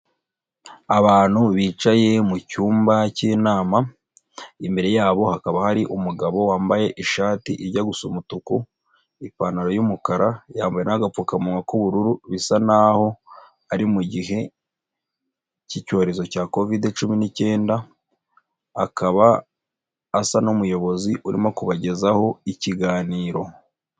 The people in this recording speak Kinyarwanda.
Abantu bicaye mu cyumba cy'inama, imbere yabo hakaba hari umugabo wambaye ishati ijya gusa umutuku, ipantaro y'umukara, yambaye n'agapfukamunwa k'ubururu, bisa naho ari mu mu gihe k'icyorezo cya kovide cumi n'icyenda, akaba asa n'umuyobozi urimo kubagezaho ikiganiro.